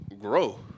grow